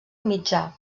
mitjà